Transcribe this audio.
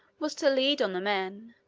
was to lead on the men,